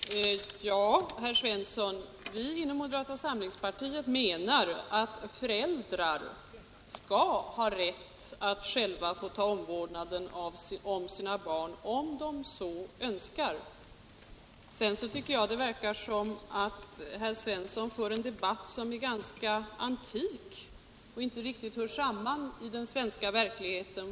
Herr talman! Ja, herr Svensson i Malmö, vi inom moderata samlingspartiet menar att föräldrar skall ha rätt att själva ta omvårdnaden om sina barn om de så önskar. Sedan tycker jag det verkar som om herr Svensson för en debatt som är ganska antik och inte riktigt hör samman med den svenska verkligheten.